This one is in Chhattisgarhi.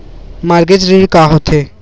मॉर्गेज ऋण का होथे?